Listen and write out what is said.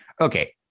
Okay